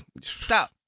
Stop